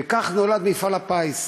וכך נולד מפעל הפיס.